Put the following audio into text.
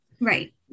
right